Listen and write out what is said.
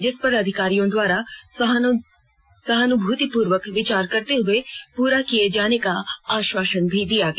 जिस पर अधिकारियों द्वारा सहानुभूतिपूर्वक विचार करते हुए पूरा किए जाने का आश्वासन भी दिया गया